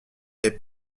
est